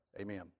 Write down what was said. Amen